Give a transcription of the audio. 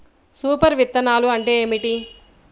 Super విత్తనాలు అంటే ఏమిటి?